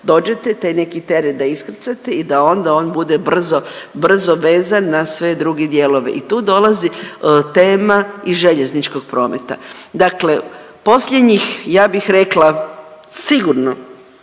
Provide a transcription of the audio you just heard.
dođete taj neki teret da iskrcate i da onda on bude brzo vezan na sve druge dijelove. I tu dolazi tema i željezničkog prometa, dakle posljednjih ja bih rekla sigurno